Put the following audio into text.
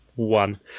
One